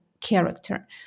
character